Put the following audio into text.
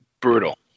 Brutal